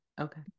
okay